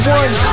one